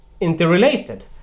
interrelated